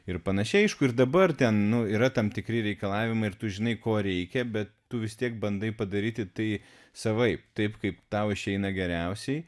ir panašiai aišku ir dabar ten yra tam tikri reikalavimai ir tu žinai ko reikia bet tu vis tiek bandai padaryti tai savaip taip kaip tau išeina geriausiai